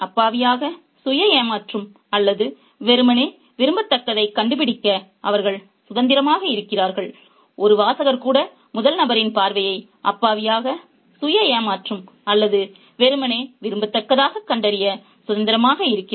அப்பாவியாக சுய ஏமாற்றும் அல்லது வெறுமனே விரும்பத்தகாததைக் கண்டுபிடிக்க அவர்கள் சுதந்திரமாக இருக்கிறார்கள் ஒரு வாசகர் கூட முதல் நபரின் பார்வையை அப்பாவியாக சுய ஏமாற்றும் அல்லது வெறுமனே விரும்பத்தகாததாகக் கண்டறிய சுதந்திரமாக இருக்கிறார்